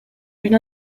une